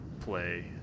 play